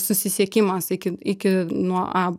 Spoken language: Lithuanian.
susisiekimas iki iki nuo